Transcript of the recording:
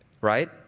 right